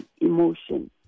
emotion